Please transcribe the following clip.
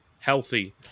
Healthy